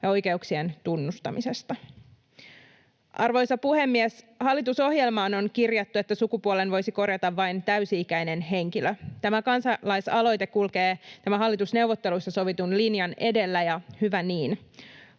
ja oikeuksien tunnustamisesta. Arvoisa puhemies! Hallitusohjelmaan on kirjattu, että sukupuolen voisi korjata vain täysi-ikäinen henkilö. Tämä kansalaisaloite kulkee tämän hallitusneuvotteluissa sovitun linjan edellä, ja hyvä niin.